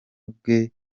bwe